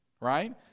right